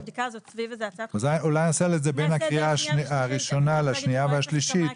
אולי נעשה את זה בין הראשונה והשנייה השלישית,